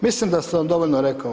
Mislim da sam vam dovoljno rekao.